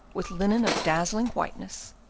with linen of dazzling whiteness,